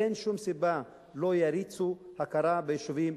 אין שום סיבה שלא יריצו הכרה ביישובים,